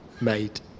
made